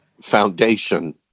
foundation